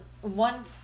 One